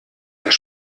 das